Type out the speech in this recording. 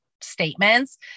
statements